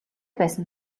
байсан